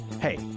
Hey